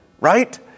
right